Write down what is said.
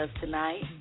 tonight